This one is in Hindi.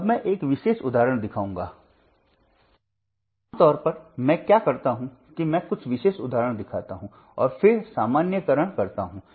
अब मैं एक विशेष उदाहरण दिखाऊंगा आमतौर पर मैं क्या करता हूं कि मैं कुछ विशेष उदाहरण दिखाता हूं और फिर सामान्यीकरण करता हूं